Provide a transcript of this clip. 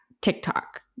TikTok